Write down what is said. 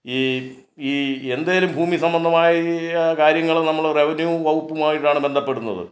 ഈ ഈ എന്തെങ്കിലും ഭൂമി സംബന്ധമായ കാര്യങ്ങൾ നമ്മൾ റവന്യൂ വകുപ്പുമായിട്ടാണ് ബന്ധപ്പെടുന്നത്